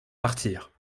martyr